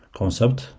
concept